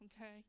okay